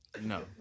No